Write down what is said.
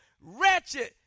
wretched